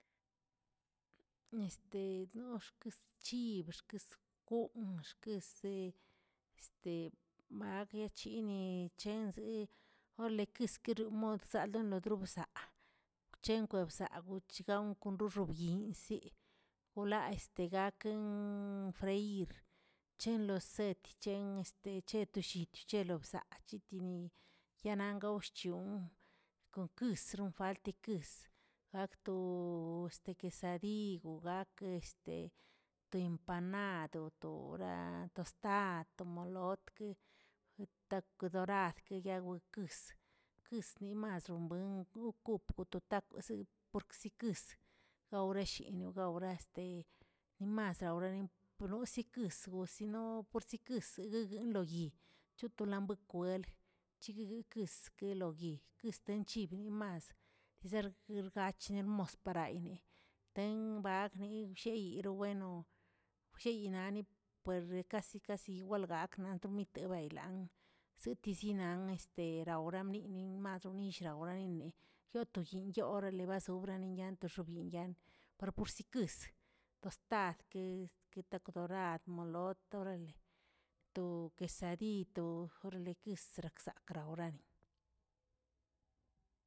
Este gnox̱t guchibr kest xkoom kese este baguechineꞌ ole kiskirimodsanlebru bzaa chenkweꞌ bzaa guchgam koxuxubyinꞌzə wolaꞌa este gakeꞌn freir chen lo set, chen este to llit lo bzaa yanan gawꞌ xchiong konkusronfaltikius, jakto este quesadiy gaakə este to empanad ora tostad molotgꞌə takw dorad wokisə, kiskomazu buen kook to takwzii porke zi kwis gawreshina gaw este maza gawreꞌn nosi kwisbə si no porsikwisə guəguen lo yiꞌ, chitonalə pokwel chigꞌkikwisə kiloguəl esten chiggki mas rmosparaini teng bagni blleyi lo bueno wlleyiꞌnale erde casi casi igualgakə naꞌtonite baylangə zitizinaꞌl este raurami madomish rauranini yoto yinꞌyoreꞌ orales vas obraniyantrxobi ni yant, pero porsi kius tostad ki takweꞌ dorad molot orale to quesadiy to orale kis raksaꞌ raurani.